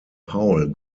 paul